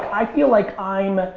i feel like i'm